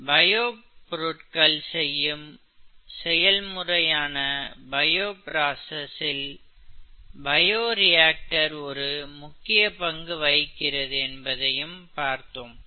bio பொருட்கள் செய்யும் செயல் முறையான பயோ பிராஸஸில் பயோரியாக்டர்கள் ஒரு முக்கிய பங்கு வகிக்கிறது என்பதையும் பார்த்தோம்